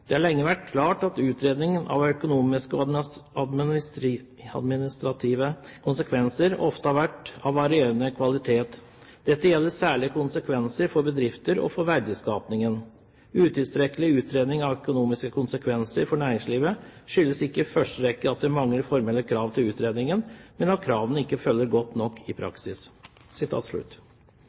«Det har lenge vært klart at utredning av økonomiske og administrative konsekvenser ofte har vært av varierende kvalitet. Dette gjelder særlig konsekvensene for bedriftene og for verdiskapingen. Utilstrekkelig utredning av økonomiske konsekvenser for næringslivet skyldes ikke i første rekke at det mangler formelle krav til utredningene, men at kravene ikke følges godt nok i praksis.»